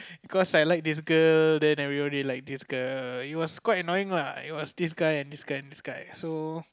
cause I like this girl then everybody like this girl it was quite annoying lah it was this guy and this guy and this guy so